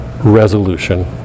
resolution